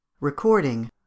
Recording